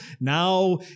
now